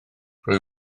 rwy